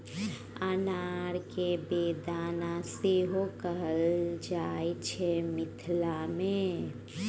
अनार केँ बेदाना सेहो कहल जाइ छै मिथिला मे